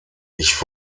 ich